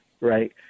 Right